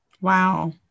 Wow